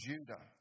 Judah